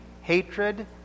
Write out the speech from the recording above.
hatred